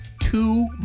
two